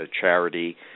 charity